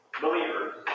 believers